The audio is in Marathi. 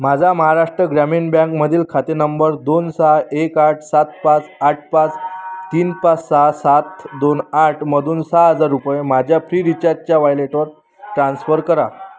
माझ्या महाराष्ट्र ग्रामीण बँक मधील खाते नंबर दोन सहा एक आठ सात पाच आठ पाच तीन पाच सहा सात दोन आठ मधून सहा हजार रुपये माझ्या फ्री चार्ज च्या वायलेटवर ट्रान्स्फर करा